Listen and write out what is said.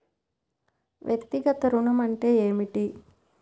వ్యక్తిగత ఋణం అంటే ఏమిటి?